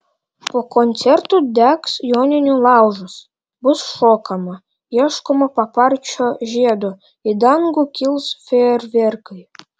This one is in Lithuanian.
po koncerto degs joninių laužas bus šokama ieškoma paparčio žiedo į dangų kils fejerverkai